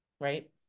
right